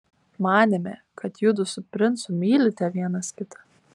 manėme kad judu su princu mylite vienas kitą